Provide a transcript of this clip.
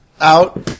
out